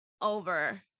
over